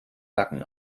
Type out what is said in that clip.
backen